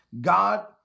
God